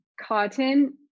cotton